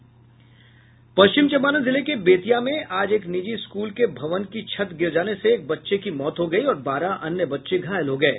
पश्चिम चंपारण जिले के बेतिया में आज एक निजी स्कूल के भवन की छत गिर जाने से एक बच्चे की मौत हो गयी और बारह अन्य बच्चे घायल हो गये